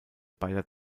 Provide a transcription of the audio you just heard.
beider